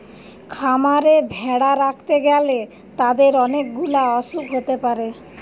খামারে ভেড়া রাখতে গ্যালে তাদের অনেক গুলা অসুখ হতে পারে